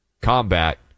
combat